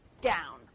down